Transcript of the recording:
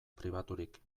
pribaturik